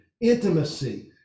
intimacy